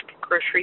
grocery